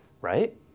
right